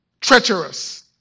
Treacherous